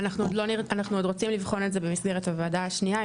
אנחנו עוד רוצים לבחון את זה במסגרת הוועדה השנייה.